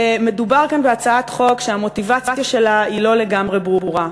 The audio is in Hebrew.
מדובר כאן בהצעת חוק שהמוטיבציה שלה היא לא לגמרי ברורה.